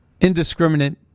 indiscriminate